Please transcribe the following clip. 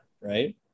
Right